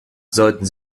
sollten